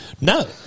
No